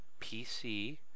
PC